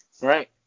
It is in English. Right